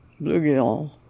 bluegill